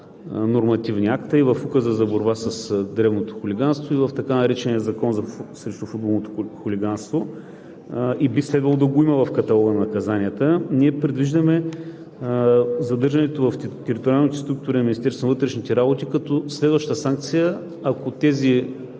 нормативни акта – Указът за борба с дребното хулиганство и така наречения Закон срещу футболното хулиганство, би следвало да го има в каталога на наказанията, ние предвиждаме задържането в териториалните структури на Министерството на вътрешните работи като следваща санкция за тези